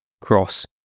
cross